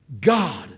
God